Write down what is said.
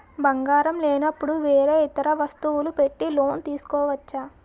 బంగారం లేనపుడు వేరే ఇతర వస్తువులు పెట్టి లోన్ తీసుకోవచ్చా?